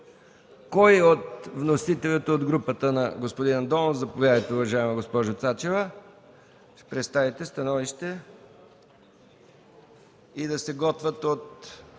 кой от вносителите от групата на господин Андонов? Заповядайте, уважаема госпожо Цачева, за да представите становището. Да се готвят от